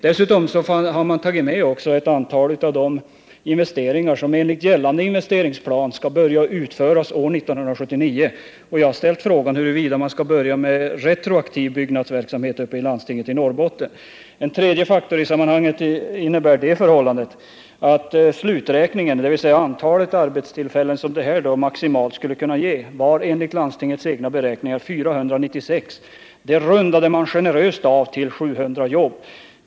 Dessutom har man tagit med ett antal av de investeringar som enligt gällande plan skall börja utföras år 1979. Jag har ställt frågan huruvida landstinget i Norrbotten skall börja med retroaktiv byggnadsverksamhet. En annan faktor i sammanhanget är att det antal arbetstillfällen som det maximalt kan bli fråga om enligt landstingets egna beräkningar är 496. Det rundade man generöst av till 700 jobb.